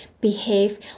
behave